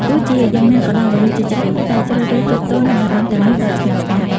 ទោះជាយ៉ាងណាក៏ដោយ មនុស្សជាច្រើននៅតែជ្រើសរើសទប់ទល់នឹងអារម្មណ៍ទាំងនេះដោយស្ងៀមស្ងាត់។